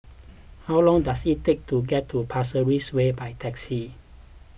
how long does it take to get to Pasir Ris Way by taxi